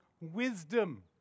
wisdom